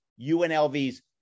UNLV's